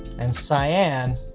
and cyan,